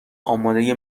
اماده